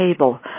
table